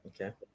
okay